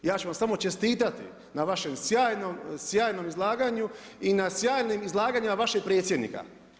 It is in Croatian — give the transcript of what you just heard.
Ja ću vam samo čestitati na vašem sjajnom izlaganju i na sjajnim izlaganjima vašeg predsjednika.